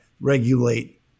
regulate